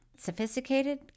Sophisticated